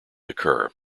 occur